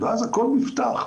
ואז הכול נפתח,